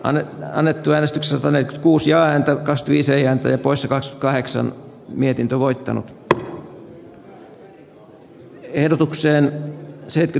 anne väännettyä risto siltanen kuusi ääntä viisi ääntä ja pois raskaiksi on mietintö voita tarkoitukseni oli äänestää jaa